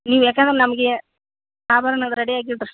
ನೀವು ಏಕೆಂದ್ರೆ ನಮಗೆ ಆಭರ್ಣದ ರೆಡಿಯಾಗಿ ಇಡಿರಿ